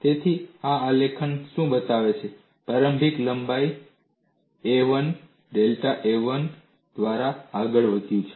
તેથી આ આલેખશું બતાવે છે પ્રારંભિક લંબાઈ a 1 ડેલ્ટા a 1 દ્વારા આગળ વધ્યું છે